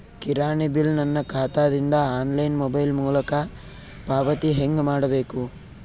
ಕಿರಾಣಿ ಬಿಲ್ ನನ್ನ ಖಾತಾ ದಿಂದ ಆನ್ಲೈನ್ ಮೊಬೈಲ್ ಮೊಲಕ ಪಾವತಿ ಹೆಂಗ್ ಮಾಡಬೇಕು?